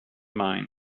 mine